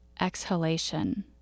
exhalation